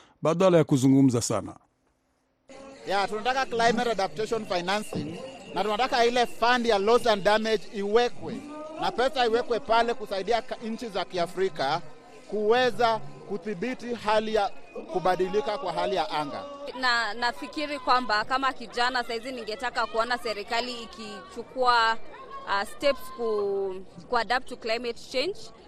Badala ya kuzungumza sana. Ya, tunataka climate adaptation financing, na tunataka ile fund ya loss and damage iwekwe, na pesa iwekwe pale kusaidia ka- nchi za Kiafrika kuweza kudhibiti hali ya- kubadilika kwa hali ya anga. Na- nafikiri kwamba kama kijana saizi ningetaka kuona serikali ikichukua, uh, steps ku- ku adapt to climate change.